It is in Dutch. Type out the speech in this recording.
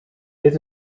dit